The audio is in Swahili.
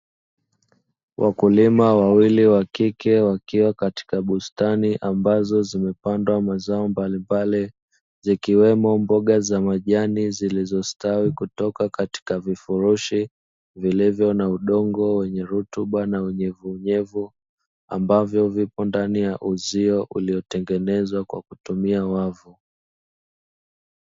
Wakulima wawili wa kike wakiwa katika bustani ambazo zimepandwa mazao mbalimbali, zikiwemo mboga za majani zilizostawi kutoka katika vifurushi vilivyo na udongo wenye rutuba na unyevunyevu, ambavyo vipo ndani ya uzio uliotengenezwa kwa kutumia wavu.